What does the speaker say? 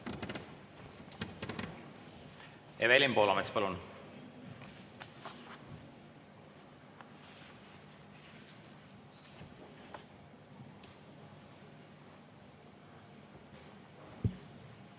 Evelin Poolamets, palun!